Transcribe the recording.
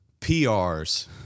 PRs